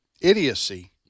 idiocy